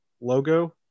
logo